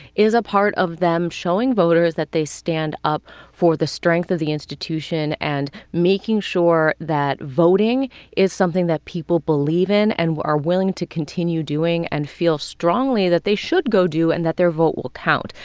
is a part of them showing voters that they stand up for the strength of the institution and making sure that voting is something that people believe in and are willing to continue doing and feel strongly that they should go do and that their vote will count.